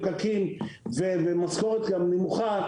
פקקים ומשכורת נמוכה,